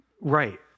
Right